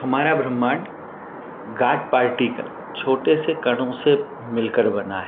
हमारा ब्रह्माण्ड god particle छोटे से कणों से मिलकर बना है